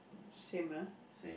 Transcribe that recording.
same ah